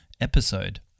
episode